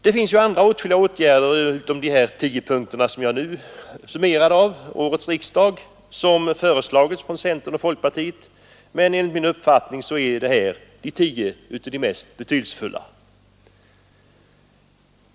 Det finns åtskilliga andra åtgärder än dessa som föreslagits under denna riksdag från centern och folkpartiet, men enligt min uppfattning är detta tio av de mest betydelsefulla.